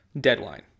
deadline